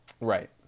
Right